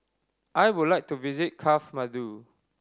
I would like to visit Kathmandu